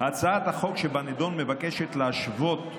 הצעת החוק שבנדון מבקשת להשוות,